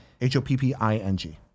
H-O-P-P-I-N-G